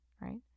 right